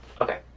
Okay